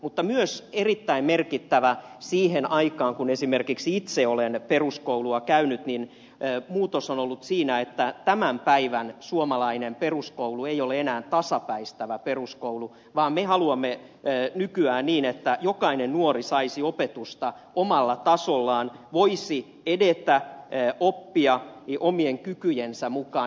mutta myös erittäin merkittävä muutos verrattuna siihen aikaan kun esimerkiksi itse olen peruskoulua käynyt on ollut siinä että tämän päivän suomalainen peruskoulu ei ole enää tasapäistävä peruskoulu vaan me haluamme nykyään niin että jokainen nuori saisi opetusta omalla tasollaan voisi edetä oppia omien kykyjensä mukaan